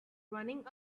running